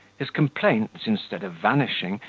his complaints, instead of vanishing,